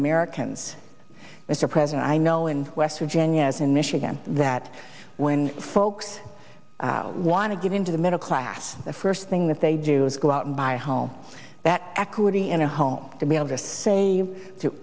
americans as a present i know in west virginia's in michigan that when folks want to get into the middle class the first thing that they do is go out and buy a home that equity in a home to be able to save to